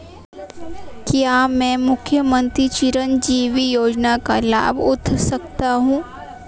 क्या मैं मुख्यमंत्री चिरंजीवी योजना का लाभ उठा सकता हूं?